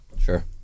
Sure